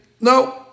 no